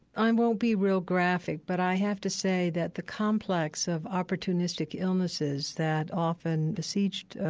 i won't be real graphic, but i have to say that the complex of opportunistic illnesses that often besieged